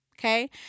Okay